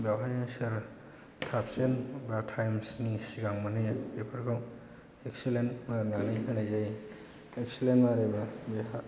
बेवहायनो सोर साबसिन एबा टाइमसिननि सिगां मोनहैयो बेफोरखौ एक्सिलेन्ट मारिनानै होनाय जायो एक्सिलेन्ट मारिबा बेहा